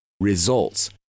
results